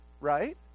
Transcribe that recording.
right